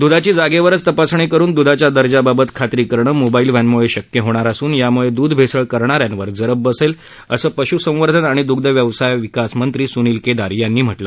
द्धाची जागेवरच तपासणी करुन द्धाच्या दर्जाबाबत खात्री करणं मोबाईल व्हॅनमुळे शक्य होणार असून याम्ळे दूध भेसळ करण्याऱ्यांवर जरब बसणार असल्याचं पश् संवर्धन आणि दुग्ध व्यवसाय विकास मंत्री सुनिल केदार यांनी सांगितलं